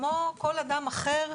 כמו כל אדם אחר,